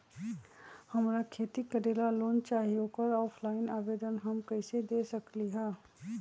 हमरा खेती करेला लोन चाहि ओकर ऑफलाइन आवेदन हम कईसे दे सकलि ह?